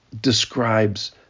describes